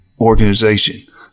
organization